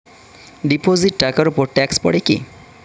Deposit টাকার উপর tax পড়ে কি?